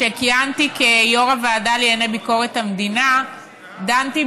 כשכיהנתי כיו"ר הוועדה לענייני ביקורת המדינה דנתי